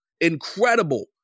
Incredible